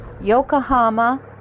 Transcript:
Yokohama